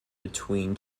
between